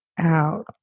out